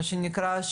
מה שנקרא,